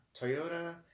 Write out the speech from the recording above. Toyota